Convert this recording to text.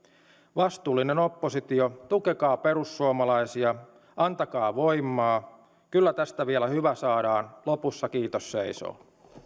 vastuullinen oppositio tukekaa perussuomalaisia antakaa voimaa kyllä tästä vielä hyvä saadaan lopussa kiitos seisoo